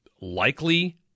likely